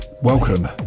Welcome